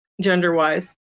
gender-wise